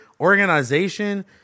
organization